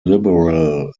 liberal